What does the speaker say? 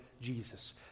Jesus